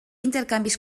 intercanvis